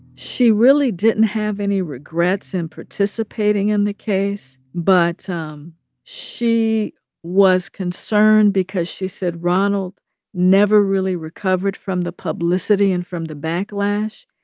she really didn't have any regrets in participating in the case. but um she was concerned because she said ronald never really recovered from the publicity and from the backlash.